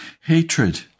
Hatred